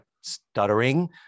stuttering